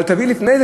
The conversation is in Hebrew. אבל תביאו לפני זה,